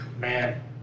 Man